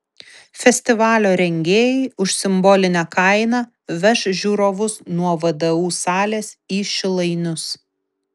festivalio rengėjai už simbolinę kainą veš žiūrovus nuo vdu salės į šilainius